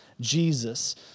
Jesus